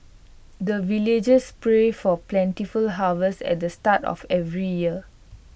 the villagers pray for plentiful harvest at the start of every year